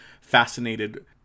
fascinated